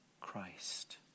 Christ